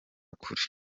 kure